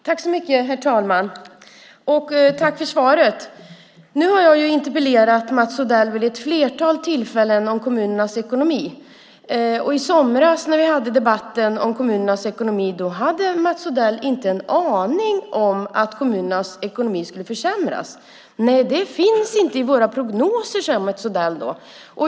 Herr talman! Tack för svaret! Nu har jag interpellerat Mats Odell om kommunernas ekonomi vid ett flertal tillfällen. I somras när vi hade debatten om kommunernas ekonomi hade Mats Odell inte en aning om att kommunernas ekonomi skulle försämras. Nej, det finns inte i våra prognoser, sade Mats Odell då.